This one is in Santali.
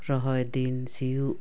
ᱨᱚᱦᱚᱭ ᱫᱤᱱ ᱥᱤᱭᱚᱜ